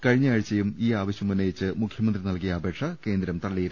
കഴിഞ്ഞ ആഴ്ചയും ഈ ആവശ്യമുന്നയിച്ച് മുഖ്യമന്ത്രി നൽകിയ അപേക്ഷ കേന്ദ്രം തള്ളുക യായിരുന്നു